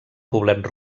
poblet